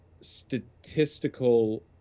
statistical